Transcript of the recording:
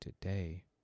today